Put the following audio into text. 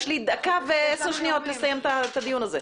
יש לי דקה ועשר שניות לסיים את הדיון הזה.